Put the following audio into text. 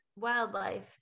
wildlife